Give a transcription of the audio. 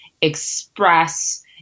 express